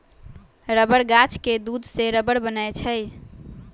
rubber गाछ के दूध से रबर बनै छै